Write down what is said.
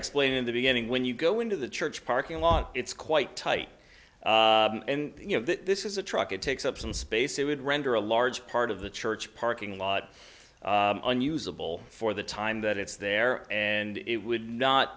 explained in the beginning when you go into the church parking lot it's quite tight and you know that this is a truck it takes up some space it would render a large part of the church parking lot unusable for the time that it's there and it would not